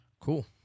Cool